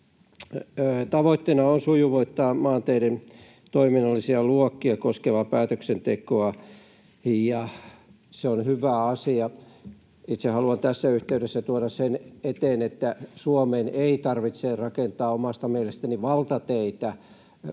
Tavoitteena on sujuvoittaa maanteiden toiminnallisia luokkia koskevaa päätöksentekoa, ja se on hyvä asia. Itse haluan tässä yhteydessä tuoda eteen, että Suomeen ei tarvitse rakentaa omasta mielestäni valtateitä